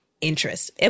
interest